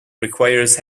requires